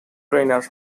trainer